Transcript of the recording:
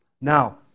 Now